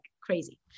crazy